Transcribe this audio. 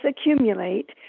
accumulate